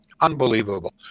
Unbelievable